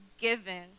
given